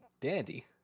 Dandy